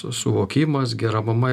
suvokimas gera mama